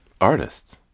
Artists